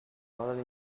following